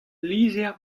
lizher